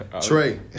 Trey